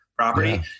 property